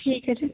ঠিক আছে